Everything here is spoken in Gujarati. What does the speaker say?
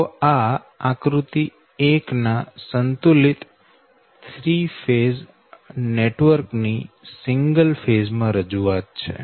તો આ આકૃતિ 1 ના સંતુલિત 3 ફેઝ નેટવર્ક ની સિંગલ ફેઝ માં રજૂઆત છે